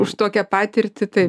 už tokią patirtį tai